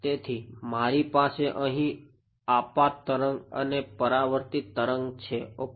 તેથી મારી પાસે અહી આપાત તરંગ અને પરાવર્તિત તરંગ છે ઓકે